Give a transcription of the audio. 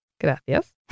Gracias